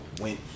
went